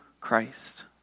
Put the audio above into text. Christ